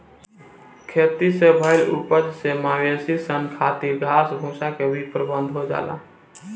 खेती से भईल उपज से मवेशी सन खातिर घास भूसा के भी प्रबंध हो जाला